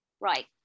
right